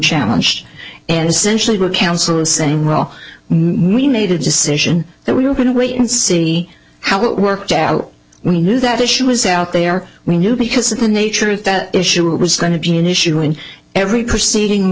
challenged in essentially the council and saying well we made a decision that we were going to wait and see how it worked out we knew that issue was out there we knew because of the nature of that issue it was going to be an issue in every proceeding